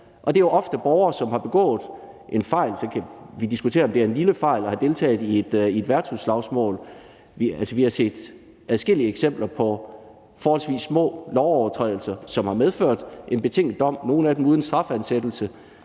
Det er jo ofte borgere, som har begået en fejl, og så kan vi diskutere, om det er en lille fejl at have deltaget i et værtshusslagsmål; altså, vi har set adskillige eksempler på forholdsvis små lovovertrædelser, som har medført en betinget dom – nogle af dem uden strafansættelse